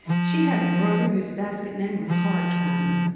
she had a brother whose basket name was hard time.